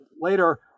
later